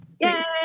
Yay